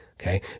Okay